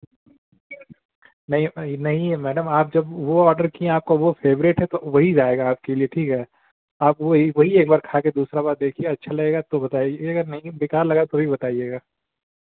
नहीं नहीं है मैडम आप जब वह ऑर्डर कीं आपका वह फ़ेवरेट है तो वही जाएगा आपके लिए ठीक है आप वही वही एक बार खा कर दूसरा बार देखिए अच्छा लगेगा तो बताइएगा नहीं बेकार लगा तो ही बताइएगा